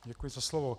Děkuji za slovo.